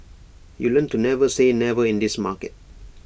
you learn to never say never in this market